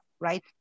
right